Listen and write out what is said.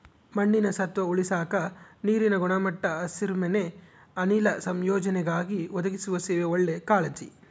ಮಣ್ಣಿನ ಸತ್ವ ಉಳಸಾಕ ನೀರಿನ ಗುಣಮಟ್ಟ ಹಸಿರುಮನೆ ಅನಿಲ ಸಂಯೋಜನೆಗಾಗಿ ಒದಗಿಸುವ ಸೇವೆ ಒಳ್ಳೆ ಕಾಳಜಿ